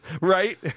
Right